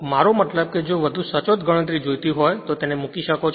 મારો મતલબ કે જો વધુ સચોટ ગણતરી જોઈતી હોય તો મૂકી શકો છો